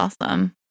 awesome